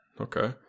Okay